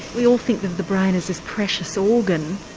we all think that the brain is this precious organ.